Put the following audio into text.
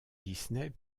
disney